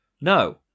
No